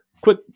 quick